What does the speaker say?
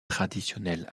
traditionnels